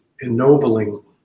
ennobling